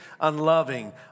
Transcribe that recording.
unloving